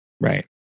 Right